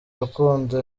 urukundo